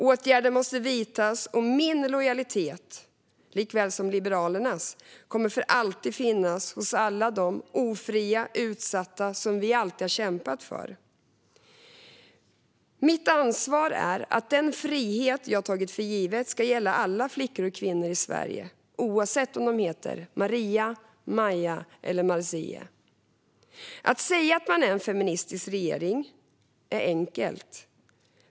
Åtgärder måste vidtas. Min lojalitet, liksom Liberalernas, kommer för alltid att finnas hos alla de ofria och utsatta som vi alltid har kämpat för. Mitt ansvar är att den frihet som jag har tagit för given ska gälla alla flickor och kvinnor i Sverige, oavsett om de heter Maria, Maja eller Marzieh. Att säga att man är en feministisk regering är enkelt.